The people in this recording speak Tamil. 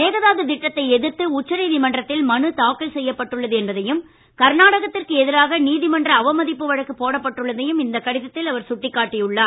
மேகதாது திட்டத்தை எதிர்த்து உச்சநீதிமன்றத்தில் மனு தாக்கல் செய்யப்பட்டுள்ளது என்பதையும் கர்நாடகத்திற்கு எதிராக நீதிமன்ற அவமதிப்பு வழக்கு போடப்பட்டுள்ளதையும் இந்தக் கடிதத்தில் அவர் சுட்டிக்காட்டி உள்ளார்